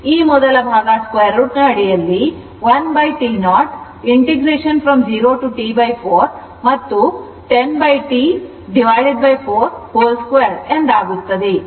ಈ ಮೊದಲ ಭಾಗ √ ಅಡಿಯಲ್ಲಿ 1 T0 0 to T4 ಮತ್ತು ಈ 10 T 42 ಆಗುತ್ತದೆ